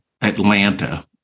Atlanta